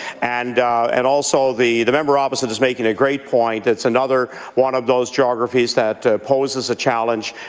and and also the the member opposite is making a great point. it's another one of those geographies that poses a challenge,